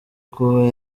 kuba